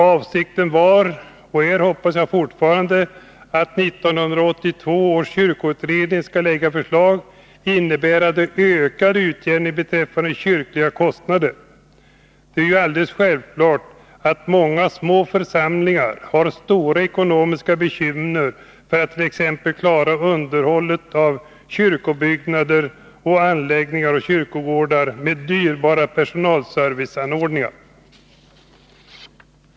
Avsikten var och är, hoppas jag, fortfarande att 1982 års kyrkoutredning skall framlägga förslag innebärande ökad utjämning beträffande kyrkliga kostnader. Det är ju alldeles självklart att många små församlingar har stora ekonomiska bekymmer t.ex. när det gäller att klara underhållet av kyrkobyggnader och anläggningar av kyrkogårdar med dyrbara personalserviceanordningar.